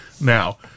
Now